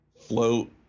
float